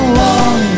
long